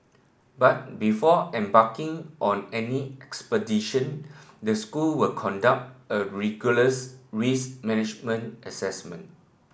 but before embarking on any expedition the school will conduct a rigorous risk management assessment